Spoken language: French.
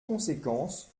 conséquence